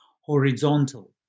horizontal